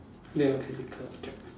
ya physical object